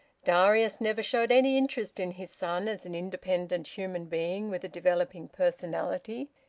darius never showed any interest in his son as an independent human being with a developing personality,